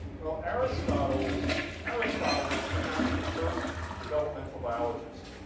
well, aristotle was aristotle was perhaps the first developmental biologist.